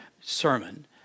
sermon